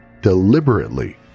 deliberately